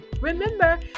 Remember